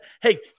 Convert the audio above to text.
Hey